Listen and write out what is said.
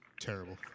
Terrible